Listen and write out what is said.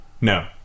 No